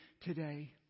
today